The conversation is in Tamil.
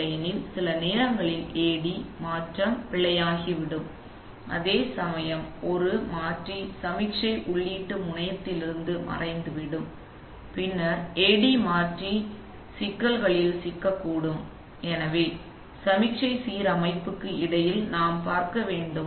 இல்லையெனில் சில நேரங்களில் AD மாற்றம் பிழையாகிவிடும் அதே சமயம் ஒரு மாற்றி சமிக்ஞை உள்ளீட்டு முனையத்திலிருந்து மறைந்துவிடும் பின்னர் AD மாற்றி சிக்கல்களில் சிக்கக்கூடும் எனவே சமிக்ஞை சீரமைப்புக்கு இடையில் நாம் பார்க்க வேண்டும்